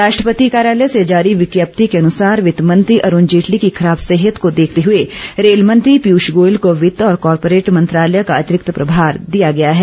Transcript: राष्ट्रपति कार्यालय से जारी विज्ञप्ति के अनुसार वित्त मंत्री अरुण जेटली की खराब सेहत को देखते हुए रेल मंत्री पियूष गोयल को वित्त और कॉरपोरेट मंत्रालय का अतिरिक्त प्रभार दिया गया है